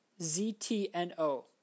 ZTNO